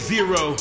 Zero